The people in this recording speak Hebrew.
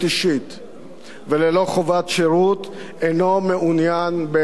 וללא חובת שירות, אינו מעוניין באמת בשינוי.